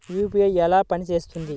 UPI ఎలా పనిచేస్తుంది?